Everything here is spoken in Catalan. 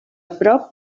prop